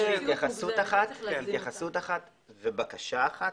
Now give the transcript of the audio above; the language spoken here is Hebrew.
התייחסות אחת ובקשה אחת.